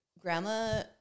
grandma